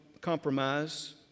compromise